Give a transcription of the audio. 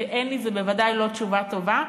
ו"אין לי" זו בוודאי לא תשובה טובה.